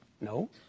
No